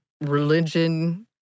religion